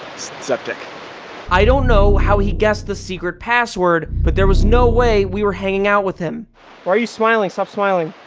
sup-dick i don't know how he guessed the secret password but there was no way we were hanging out with him why are you smiling? stop smiling.